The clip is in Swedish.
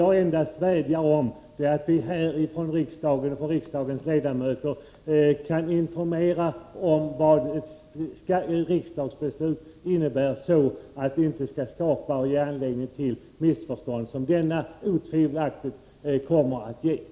Det jag vädjar om är att vi här i riksdagen skall informera om vad riksdagsbeslutet innebär, så att vi inte skapar sådana missförstånd som denna annons otvivelaktigt ger anledning till.